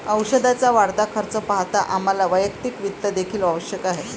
औषधाचा वाढता खर्च पाहता आम्हाला वैयक्तिक वित्त देखील आवश्यक आहे